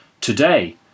today